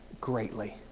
greatly